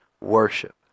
worship